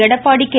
Edappadi K